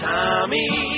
Tommy